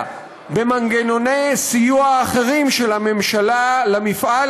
במנגנוני סיוע אחרים של הממשלה למפעל,